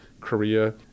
Korea